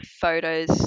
photos